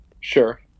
Sure